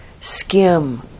skim